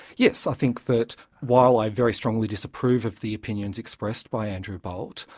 yes, i think that while i very strongly disapprove of the opinions expressed by andrew bolt,